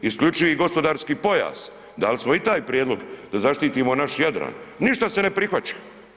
Isključivi gospodarski pojas, dali smo i taj prijedlog da zaštitimo naš Jadran, ništa se ne prihvaća.